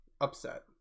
upset